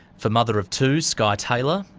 for mother of two, skye taylor,